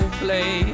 play